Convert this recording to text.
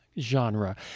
genre